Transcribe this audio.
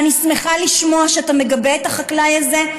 ואני שמחה לשמוע שאתה מגבה את החקלאי הזה,